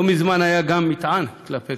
לא מזמן גם היה מטען כלפי